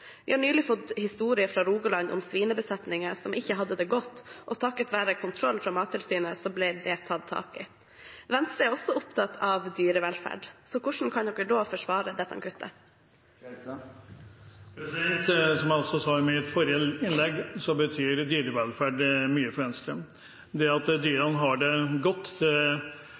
Vi har nylig fått en historie fra Rogaland om en svinebesetning som ikke hadde det godt, og takket være kontroll fra Mattilsynet ble det tatt tak i. Venstre er også opptatt av dyrevelferd, så hvordan kan man da forsvare dette kuttet? Som jeg også sa i mitt forrige innlegg, betyr dyrevelferd mye for Venstre – det at dyrene har det godt,